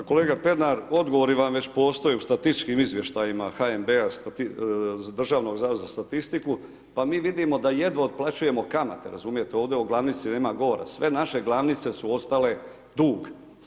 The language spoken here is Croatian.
Pa kolega Pernar, odgovori vam već postoje u statističkim izvještajima HNB-a, Državnog zavoda za statistiku, pa mi vidimo da jedva otplaćujemo kamate razumijete, ovdje o glavnici nema govora, sve naše glavnice su ostale dug.